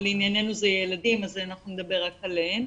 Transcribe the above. לענייננו זה ילדים אז אנחנו נדבר רק עליהם.